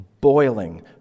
boiling